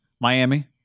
Miami